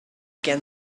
can